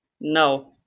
No